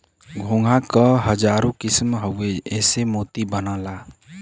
घोंघा क हजारो किसम हउवे एसे मोती बनला